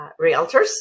realtors